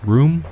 Room